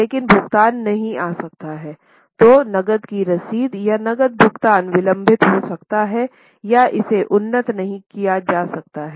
अगला accrual concept कहा जाता है